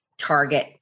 target